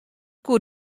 koe